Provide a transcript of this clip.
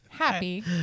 Happy